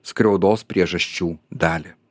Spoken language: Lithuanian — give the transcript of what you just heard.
skriaudos priežasčių dalį